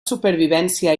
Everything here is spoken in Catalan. supervivència